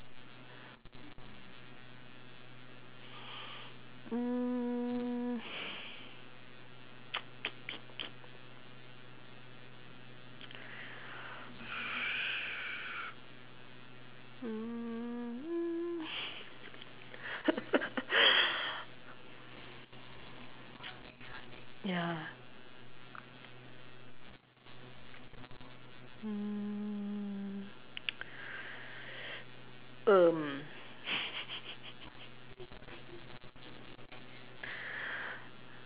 mm mm ya mm um